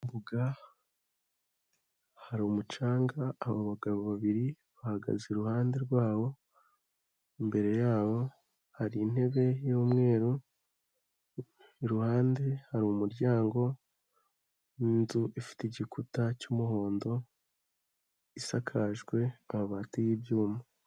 Mu kibugaga hari umucanga, hari abagabo babiri bahagaze iruhande rwawo, imbere yabo hari intebe y'umweru, iruhande hari umuryango w'inzu ifite igikuta cy'umuhondo, isakajwe amabati y'ibyuma.